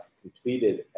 completed